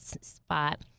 spot